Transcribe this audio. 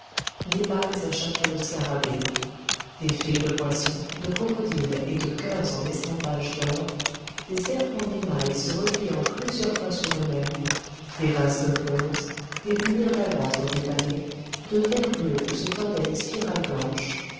des bagues à chaton de scarabée des files de poissons de crocodiles et de cœurs en estampage d'or des serpents d'émail se repliant plusieurs fois sur eux-mêmes des vases de bronze des buires d'albâtre rubané de verre bleu où se tordaient des spirales blanches